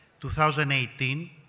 2018